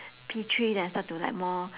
P three then I start to like more